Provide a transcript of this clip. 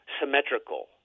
symmetrical